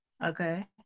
Okay